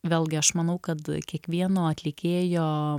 vėlgi aš manau kad kiekvieno atlikėjo